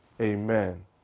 amen